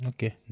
Okay